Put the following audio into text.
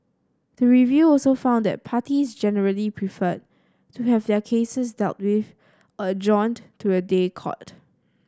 the review also found that parties generally preferred to have their cases dealt with or adjourned to a day court